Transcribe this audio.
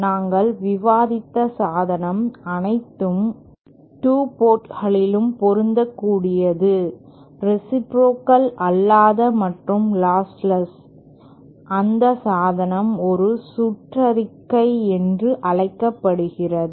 நாங்கள் விவாதித்த சாதனம் அனைத்து 2 போர்ட்ஙகளிலும் பொருந்தக்கூடிய ரேசிப்ரோகல் அல்லாத மற்றும் லாஸ்லெஸ் அந்த சாதனம் ஒரு சுற்றறிக்கை என்று அழைக்கப்பட்டது